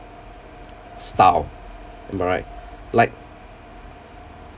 style am I right like